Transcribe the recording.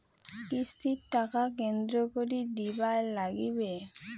কিস্তির টাকা কেঙ্গকরি দিবার নাগীবে?